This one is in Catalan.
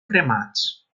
cremats